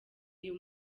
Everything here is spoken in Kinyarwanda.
uyu